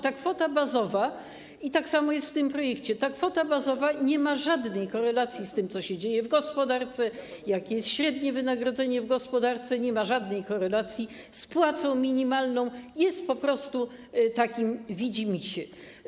Ta kwota bazowa - i tak samo jest w tym projekcie - nie jest w żadnej korelacji z tym, co się dzieje w gospodarce, z tym, jakie jest średnie wynagrodzenie w gospodarce, nie jest w żadnej korelacji z płacą minimalną, jest po prostu takim widzimisię.